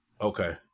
Okay